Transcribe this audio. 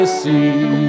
see